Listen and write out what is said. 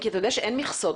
אתה יודע שאין מכסות.